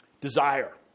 Desire